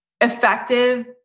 effective